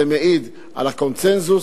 זה מעיד על הקונסנזוס,